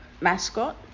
mascot